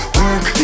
work